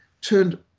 turned